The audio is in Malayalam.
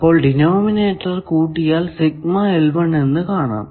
അപ്പോൾ ഡിനോമിനേറ്റർ കൂട്ടിയാൽ എന്ന് കാണാം